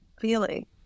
feeling